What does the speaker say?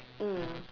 mm